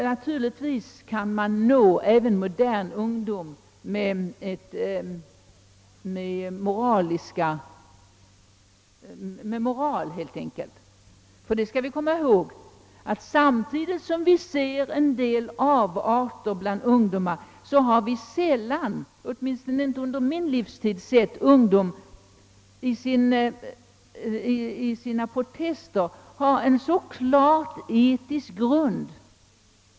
Naturligtvis kan man nå även modern ungdom helt enkelt med moral. Vi skall komma ihåg att samtidigt som vi märker en del avarter bland ungdomar har vi sällan — åtminstone under min livstid — sett ungdom ha en så klart etisk grund för sina protester.